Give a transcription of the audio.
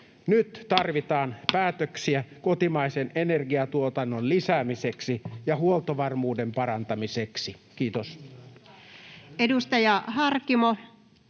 Nyt tarvitaan päätöksiä kotimaisen energiantuotannon lisäämiseksi ja huoltovarmuuden parantamiseksi. — Kiitos.